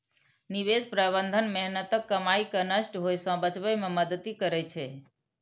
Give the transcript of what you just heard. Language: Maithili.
निवेश प्रबंधन मेहनतक कमाई कें नष्ट होइ सं बचबै मे मदति करै छै